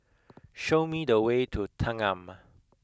show me the way to Thanggam